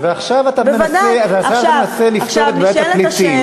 ועכשיו אתה מנסה לפתור את בעיית הפליטים.